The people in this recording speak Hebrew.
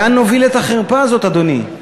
לאן נוביל את החרפה הזאת, אדוני?